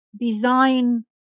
design